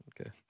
Okay